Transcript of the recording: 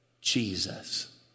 Jesus